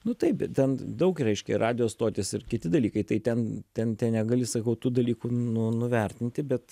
nu taip ten daug reiškia ir radijo stotys ir kiti dalykai tai ten ten ten negali sakau tų dalykų nu nuvertinti bet